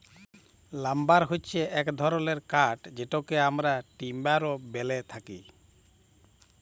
lumber হচ্যে এক ধরলের কাঠ যেটকে আমরা টিম্বার ও ব্যলে থাকি